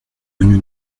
venu